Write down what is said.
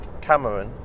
Cameron